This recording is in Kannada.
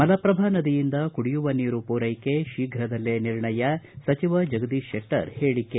ಮಲಪ್ರಭಾ ನದಿಯಿಂದ ಕುಡಿಯುವ ನೀರು ಪೂರೈಕೆ ಶೀಘ್ರದಲ್ಲೆ ನಿರ್ಣಯ ಸಚಿವ ಜಗದೀಶ್ ಶೆಟ್ಟರ್ ಹೇಳಕೆ